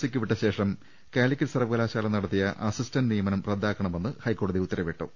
C ക്ക് വിട്ടശേഷം Calicut സർവകലാശാല നടത്തിയ അസിസ്റ്റന്റ് നിയമനം റദ്ദാക്കണമെന്ന് ഹൈക്കോടതി ഉത്തരവിട്ടു